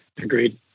Agreed